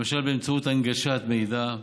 למשל באמצעות הנגשת מידע.